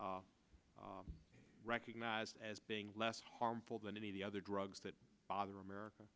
become recognized as being less harmful than any of the other drugs that bother america